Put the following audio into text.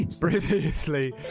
Previously